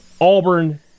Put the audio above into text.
Auburn